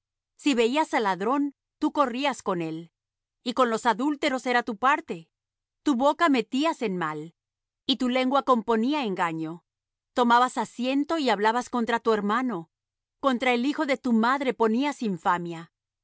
si veías al ladrón tú corrías con él y con los adúlteros era tu parte tu boca metías en mal y tu lengua componía engaño tomabas asiento y hablabas contra tu hermano contra el hijo de tu madre ponías infamia